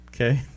Okay